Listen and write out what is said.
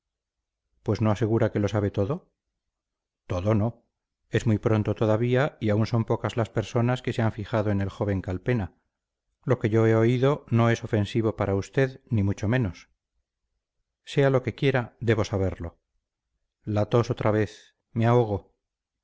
pues no asegura que lo sabe todo todo no es muy pronto todavía y aún son pocas las personas que se han fijado en el joven calpena lo que yo he oído no es ofensivo para usted ni mucho menos sea lo que quiera debo saberlo la tos otra vez me ahogo